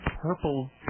Purple